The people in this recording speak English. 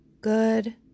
good